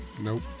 Nope